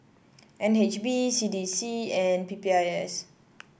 N H B C D C and P P I S